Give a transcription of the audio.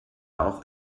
auch